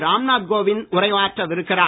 Ramnath Kovind உரையாற்றவிருக்கிறார்